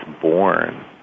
born